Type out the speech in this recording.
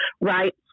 right